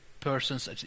persons